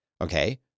Okay